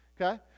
okay